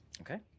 Okay